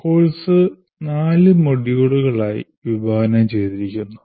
course നാല് മൊഡ്യൂളുകളായി വിഭാവനം ചെയ്തിരിക്കുന്നു